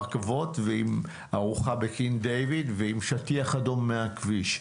כבוד ועם ארוחה בקינג דייוויד ועם שטיח אדום מהכביש.